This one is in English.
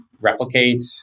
replicate